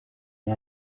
the